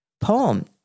poem